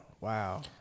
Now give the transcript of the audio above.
Wow